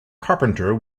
carpenter